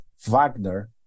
Wagner